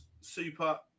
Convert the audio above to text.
super